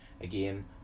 again